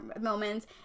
moments